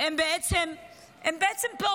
שהם בעצם פעוטות,